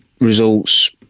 results